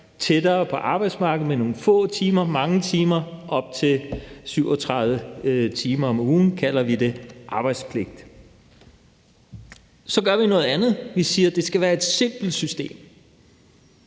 tættere på arbejdsmarkedet med nogle få timer eller mange timer, op til 37 timer om ugen. Vi kalder det arbejdspligt. Så gør vi noget andet. Vi siger, at det skal være et simpelt system,